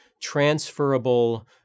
transferable